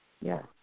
yes